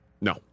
No